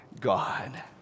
God